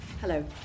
Hello